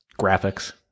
graphics